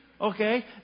Okay